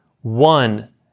one